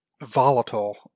volatile